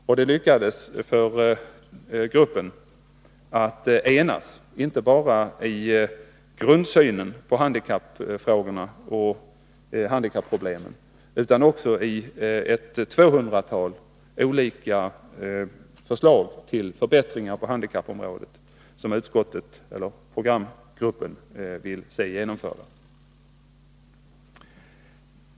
Och det lyckades för gruppen att enas inte bara i grundsynen på handikappfrågorna och handikapproblemen utan också i ett tvåhundratal olika förslag till förbättringar på handikappområdet, som programgruppen ville se genomförda.